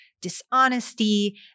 Dishonesty